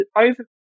over